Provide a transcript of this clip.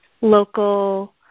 local